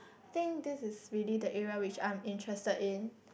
I think this is really the area which I'm interested in